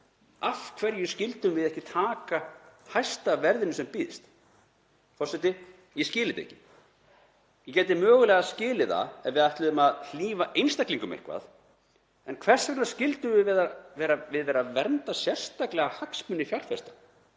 Af hverju skyldum við ekki taka hæsta verðinu sem býðst? Ég skil þetta ekki. Ég gæti mögulega skilið það ef við ætluðum að hlífa einstaklingum eitthvað. En hvers vegna skyldum við vera að vernda sérstaklega hagsmuni fjárfesta?